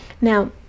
Now